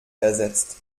ersetzt